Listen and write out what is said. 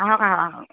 আহঁক আহঁক আহঁক